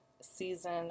season